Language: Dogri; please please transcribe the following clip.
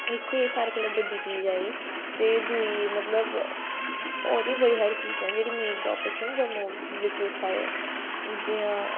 इक ते एह् सारे कोला बड्डी चीज आई ते दुई मतलब होर बी बड़ी हारी चीजां जेह्ड़ी मेन टापिकस न जम्मू बिच्च उट्ठा दे जियां